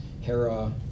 Hera